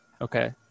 Okay